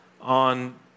on